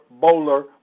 bowler